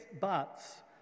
buts